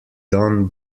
done